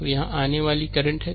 तो यह आने वाली करंट है